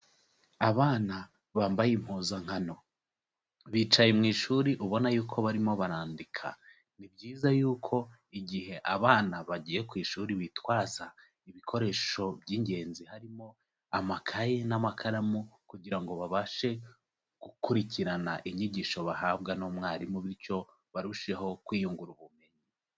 Abana bambaye impuzankano, bicaye mu ishuri ubona yuko barimo barandika, ni byiza yuko igihe abana bagiye ku ishuri bitwaza ibikoresho by'ingenzi, harimo amakaye n'amakaramu kugira ngo babashe gukurikirana inyigisho bahabwa n'umwarimu bityo, barusheho kwiyungura ubumenyi.